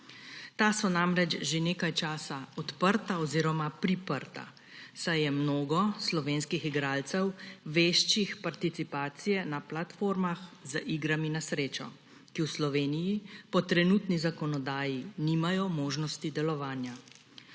ta so namreč že nekaj časa odprta oziroma priprta, saj je mnogo slovenskih igralcev veščih participacije na platformah z igrami na srečo, ki v Sloveniji po trenutni zakonodaji nimajo možnosti delovanja.